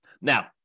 Now